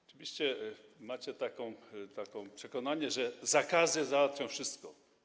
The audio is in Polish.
Oczywiście macie takie przekonanie, że zakazy załatwią wszystko.